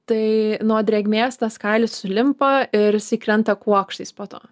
tai nuo drėgmės tas kailis sulimpa ir jisai krenta kuokštais po to